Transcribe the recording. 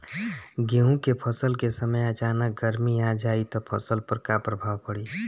गेहुँ के फसल के समय अचानक गर्मी आ जाई त फसल पर का प्रभाव पड़ी?